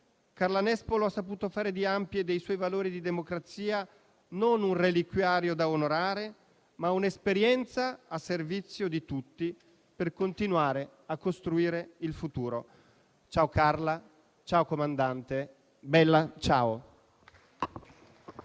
nazionale partigiani d'Italia e dei suoi valori di democrazia non un reliquiario da onorare, ma un'esperienza a servizio di tutti per continuare a costruire il futuro. Ciao Carla. Ciao comandante. Bella, ciao.